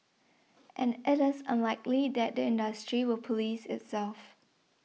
and it is unlikely that the industry will police itself